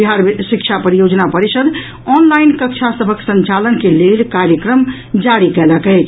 बिहार शिक्षा परियोजना परिषद ऑनलाइन कक्षा सभक संचालन के लेल कार्यक्रम जारी कयलक अछि